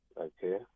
Okay